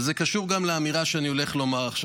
וזה קשור גם לאמירה שאני הולך לומר עכשיו.